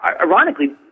ironically